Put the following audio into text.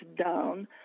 down